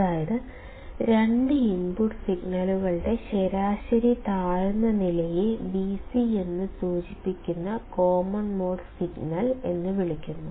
അതായത് രണ്ട് ഇൻപുട്ട് സിഗ്നലുകളുടെ ശരാശരി താഴ്ന്ന നിലയെ Vc എന്ന് സൂചിപ്പിക്കുന്ന കോമൺ മോഡ് സിഗ്നൽ എന്ന് വിളിക്കുന്നു